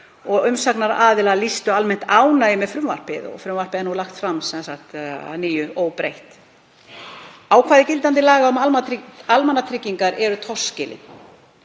Umsagnaraðilar lýstu almennt yfir ánægju með frumvarpið. Frumvarpið er nú lagt fram að nýju óbreytt. Ákvæði gildandi laga um almannatryggingar eru torskilin